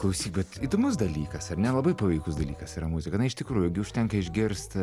klausyk bet įdomus dalykas ar ne labai paveikus dalykas yra muzika na iš tikrųjų gi užtenka išgirst